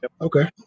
Okay